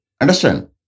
Understand